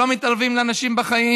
שלא מתערבים לאנשים בחיים